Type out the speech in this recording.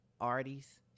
Artie's